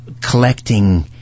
collecting